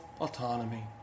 autonomy